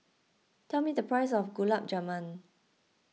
tell me the price of Gulab Jamun